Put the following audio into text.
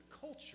culture